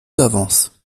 d’avance